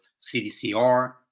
CDCR